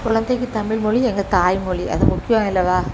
குழந்தைக்கு தமிழ் மொழி எங்க தாய்மொழி அது முக்கியம் அல்லவா